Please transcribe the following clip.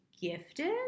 gifted